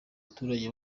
abaturage